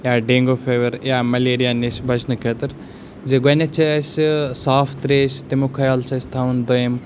یا dengue fever یا malaria نِش بَچنہٕ خٲطرٕ زِ گۄڈنٮ۪تھ چھِ اَسہِ صاف ترٛیش تَمیُٚک خیال چھِ اَسہِ تھَوُن دوٚیِم